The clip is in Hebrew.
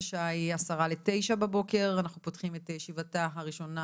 השעה 8:50. אנחנו פותחים את ישיבתה הראשונה